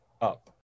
up